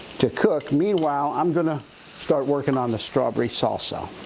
to cook. meanwhile, i'm gonna start working on the strawberry salsa.